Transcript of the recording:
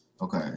Okay